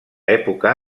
època